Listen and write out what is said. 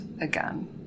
again